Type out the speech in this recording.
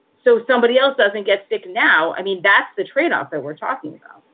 so somebody else doesn't get sick now. i mean, that's the tradeoff there. we're talking